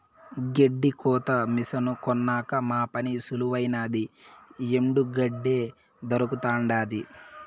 గెడ్డి కోత మిసను కొన్నాక మా పని సులువైనాది ఎండు గెడ్డే దొరకతండాది